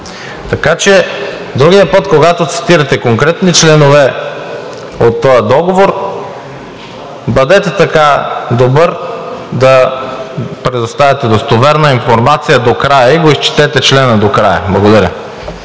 така че другия път, когато цитирате конкретни членове от този договор, бъдете така добър да предоставите достоверна информация и го изчетете члена до края. Благодаря.